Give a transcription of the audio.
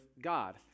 god